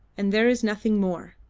and there is nothing more.